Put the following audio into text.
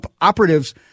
operatives